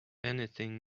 anything